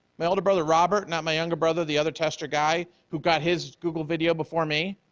my older brother robert, not my younger brother, the other tester guy who got his google video before me,